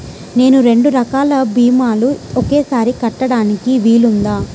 నేను రెండు రకాల భీమాలు ఒకేసారి కట్టడానికి వీలుందా?